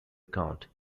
account